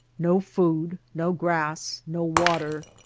no food, no grass, no water.